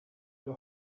the